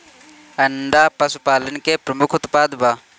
अंडा पशुपालन के प्रमुख उत्पाद बा